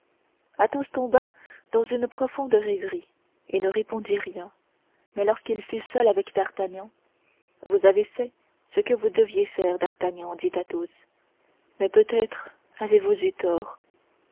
aramis athos tomba dans une profonde rêverie et ne répondit rien mais lorsqu'il fut seul avec d'artagnan vous avez fait ce que vous deviez faire d'artagnan dit athos mais peut-être avez-vous eu tort